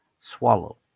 swallow